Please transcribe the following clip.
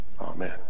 Amen